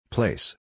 Place